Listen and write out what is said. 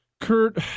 Kurt